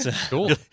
cool